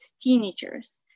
teenagers